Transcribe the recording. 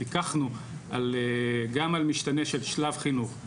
פיקחנו גם על משתנה של שלב חינוך.